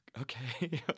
okay